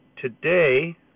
today